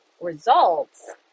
results